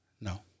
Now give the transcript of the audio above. No